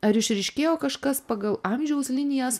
ar išryškėjo kažkas pagal amžiaus linijas